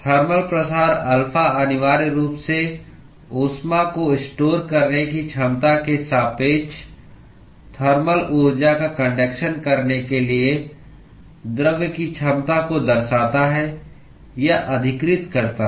thermal प्रसार alpha अनिवार्य रूप से ऊष्मा को स्टोर करने की क्षमता के सापेक्ष थर्मल ऊर्जा का कन्डक्शन करने के लिए द्रव्य की क्षमता को दर्शाता है या अधिकृत करता है